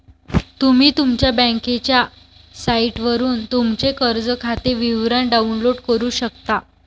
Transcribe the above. तुम्ही तुमच्या बँकेच्या साइटवरून तुमचे कर्ज खाते विवरण डाउनलोड करू शकता